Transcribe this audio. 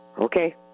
Okay